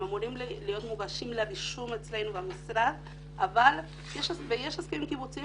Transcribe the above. הם אמורים להיות מוגשים אצלנו במשרד אבל יש הסכמים קיבוציים